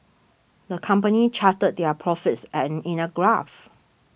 the company charted their profits an in a graph